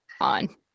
on